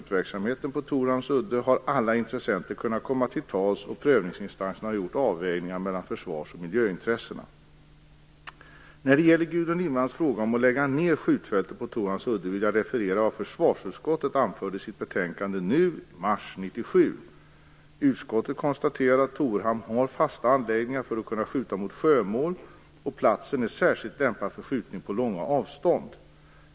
Torhamns udde har alla intressenter kunnat komma till tals, och prövningsinstanserna har gjort avvägningar mellan försvars och miljöintressena. När det gäller Gudrun Lindvalls fråga om att lägga ned skjutfältet på Torhamns udde vill jag referera vad försvarsutskottet anförde i sitt betänkande i mars 1997. Utskottet konstaterade att Torhamn har fasta anläggningar för att kunna skjuta mot sjömål, och platsen är särskilt lämpad för skjutning på långa avstånd.